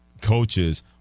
coaches